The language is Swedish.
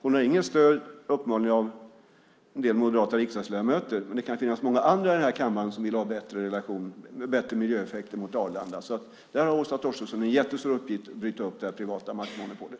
Hon har uppenbarligen inget stöd av en del moderata riksdagsledamöter, men det kan finnas många andra i den här kammaren som vill ha bättre miljöeffekter runt Arlanda. Här har Åsa Torstensson en jättestor uppgift att bryta upp det privata maktmonopolet.